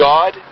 God